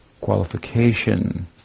qualification